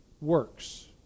works